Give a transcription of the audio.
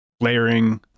Layering